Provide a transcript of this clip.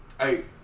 Hey